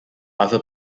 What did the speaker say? other